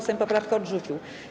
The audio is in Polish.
Sejm poprawkę odrzucił.